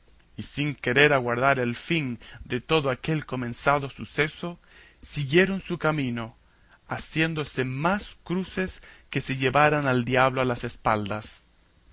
y sin querer aguardar el fin de todo aquel comenzado suceso siguieron su camino haciéndose más cruces que si llevaran al diablo a las espaldas